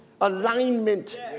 alignment